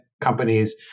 companies